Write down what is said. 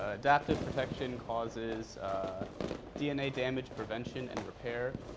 adaptive protection causes dna damage prevention, and repair,